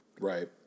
Right